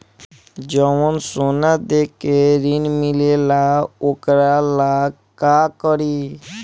जवन सोना दे के ऋण मिलेला वोकरा ला का करी?